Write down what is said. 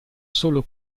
solo